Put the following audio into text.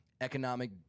Economic